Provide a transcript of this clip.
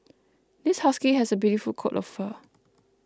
this husky has a beautiful coat of fur